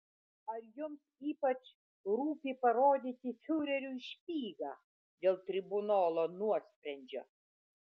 ar jums ypač rūpi parodyti fiureriui špygą dėl tribunolo nuosprendžio